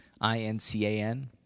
I-N-C-A-N